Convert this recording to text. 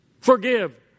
Forgive